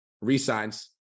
resigns